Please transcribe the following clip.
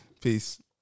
Peace